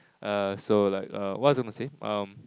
err so like err what was I gonna say erm